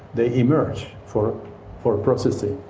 they emerge for for processing.